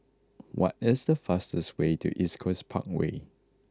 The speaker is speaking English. what is the fastest way to East Coast Parkway